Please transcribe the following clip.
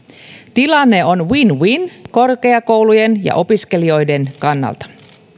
tilanne on win win korkeakoulujen ja opiskelijoiden kannalta